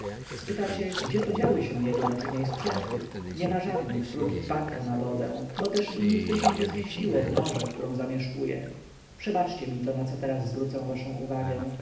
spytacie gdzie podziały się jego naczynia i sprzęty nie ma żadnych prócz dzbanka na wodę bo też i nic więcej nie zmieściłoby się w norze którą zamieszkuje przebaczcie mi to na co teraz zwrócę waszą uwagę